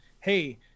hey